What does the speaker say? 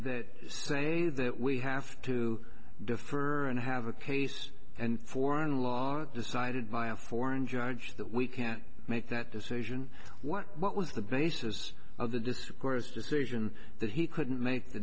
that say that we have to defer and have a case and foreign law decided by a foreign judge that we can't make that decision what was the basis of the discourse decision that he couldn't make the